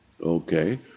Okay